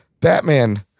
Batman